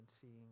seeing